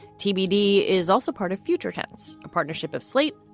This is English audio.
tbd is also part of future tense, a partnership of slate,